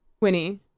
Winnie